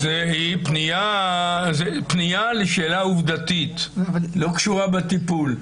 פנייה לשאלה עובדתית, שלא קשורה בטיפול.